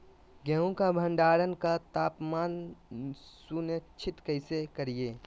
गेहूं का भंडारण का तापमान सुनिश्चित कैसे करिये?